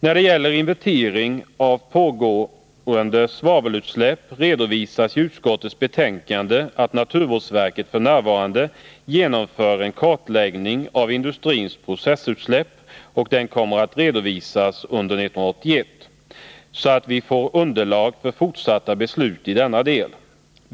När det gäller inventering av pågående svavelutsläpp redovisas i utskottets betänkande att naturvårdsverket f. n. genomför en kartläggning av indu strins processutsläpp, och den kommer att redovisas under 1981, så att vi får underlag för fortsatta beslut i denna del.